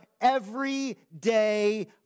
everyday